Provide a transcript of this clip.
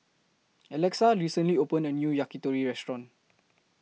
Alexa recently opened A New Yakitori Restaurant